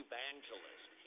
Evangelist